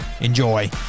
Enjoy